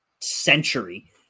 century